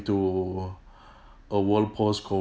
to a world post COVID